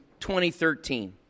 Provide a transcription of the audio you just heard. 2013